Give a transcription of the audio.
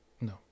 No